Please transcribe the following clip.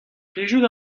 plijout